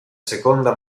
seconda